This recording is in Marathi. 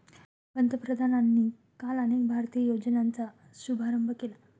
पंतप्रधानांनी काल अनेक भारतीय योजनांचा शुभारंभ केला